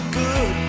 good